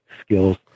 skills